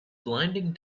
blinding